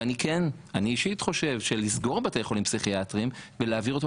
ואני אישית חושב שלסגור בתי חולים פסיכיאטרים ולהעביר אותם